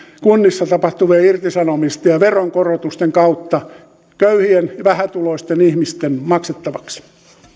kunnissa tapahtuvien irtisanomisten ja veronkorotusten kautta köyhien ja vähätuloisten ihmisten maksettavaksi